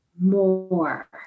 more